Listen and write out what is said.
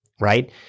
Right